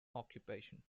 occupation